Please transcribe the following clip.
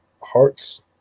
Hearts